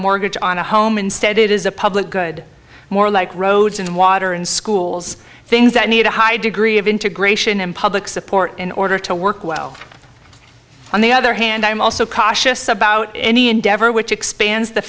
mortgage on a home instead it is a public good more like roads and water and schools things that need a high degree of integration and public support in order to work well on the other hand i'm also cautious about any endeavor which expands the